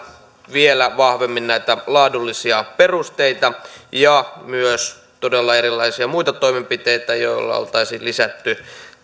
vielä vahvemmin näitä laadullisia perusteita ja myös todella erilaisia muita toimenpiteitä joilla oltaisiin lisätty